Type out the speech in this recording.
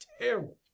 terrible